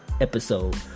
episode